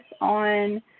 on